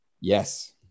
Yes